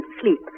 sleep